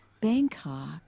Bangkok